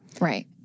Right